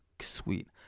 sweet